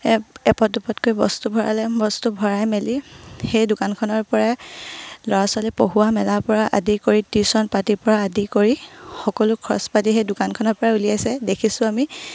app এপদ দোপদকৈ বস্তু ভৰালে বস্তু ভৰাই মেলি সেই দোকানখনৰ পৰাই ল'ৰা ছোৱালী পঢ়োৱা মেলাৰ পৰা আদি কৰি টিউশ্যন পাতিৰ পৰা আদি কৰি সকলো খৰচ পাতি সেই দোকানখনৰ পৰাই উলিয়াইছে দেখিছোঁ আমি